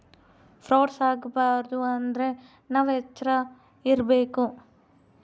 frauds ಆಗಬಾರದು ಅಂದ್ರೆ ನಾವ್ ಎಚ್ರ ಇರ್ಬೇಕು